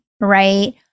right